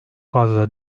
fazla